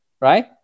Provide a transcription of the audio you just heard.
right